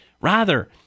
Rather